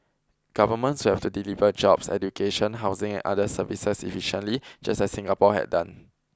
governments would have to deliver jobs education housing and other services efficiently just as Singapore had done